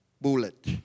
bullet